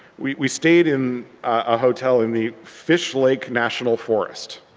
we we stayed in a hotel in the fish lake national forrest.